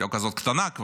כבר לא כזאת קטנה,